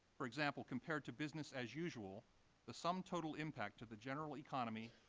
for example, compared to business as usual the sum total impact to the general economy,